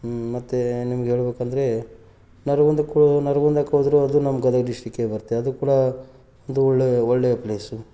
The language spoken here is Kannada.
ಮತ್ತು ನಿಮ್ಗೆ ಹೇಳಬೇಕಂದ್ರೆ ನರಗುಂದಕ್ಕೆ ಹೋ ನರಗುಂದಕ್ಕೋದರೂ ಅದು ನಮ್ಮ ಗದಗ ಡಿಸ್ಟಿಕ್ಕೆ ಬರ್ತದೆ ಅದು ಕೂಡ ಅದು ಒಳ್ಳೆಯ ಒಳ್ಳೆಯ ಪ್ಲೇಸು